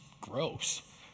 gross